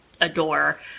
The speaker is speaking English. adore